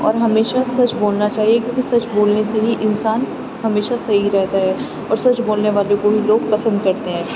اور ہمیشہ سچ بولنا چاہیے کیونکہ سچ بولنے سے ہی انسان ہمیشہ صحیح رہتا ہے اور سچ بولنے والوں کو ہی لوگ پسند کرتے ہیں